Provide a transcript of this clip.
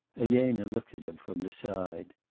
elena looked at him from the side.